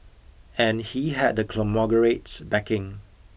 and he had the conglomerate's backing